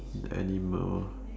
animal